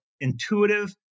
intuitive